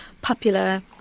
popular